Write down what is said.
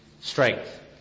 strength